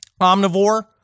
omnivore